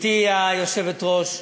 גברתי היושבת-ראש,